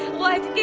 what?